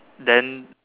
then